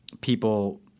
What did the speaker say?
people